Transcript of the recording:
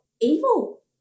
evil